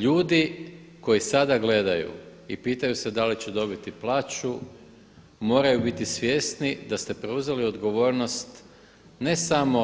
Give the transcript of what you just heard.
Ljudi koji sada gledaju i pitaju se da li će dobiti plaću moraju biti svjesni da ste preuzeli odgovornost ne samo